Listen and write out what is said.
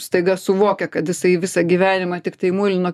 staiga suvokia kad jisai visą gyvenimą tiktai muilino